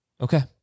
Okay